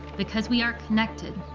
because we are connected.